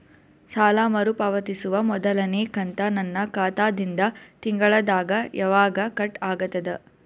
ಸಾಲಾ ಮರು ಪಾವತಿಸುವ ಮೊದಲನೇ ಕಂತ ನನ್ನ ಖಾತಾ ದಿಂದ ತಿಂಗಳದಾಗ ಯವಾಗ ಕಟ್ ಆಗತದ?